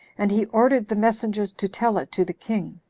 and he ordered the messengers to tell it to the king.